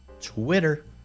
Twitter